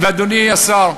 אדוני השר,